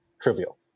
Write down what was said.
trivial